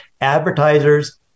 advertisers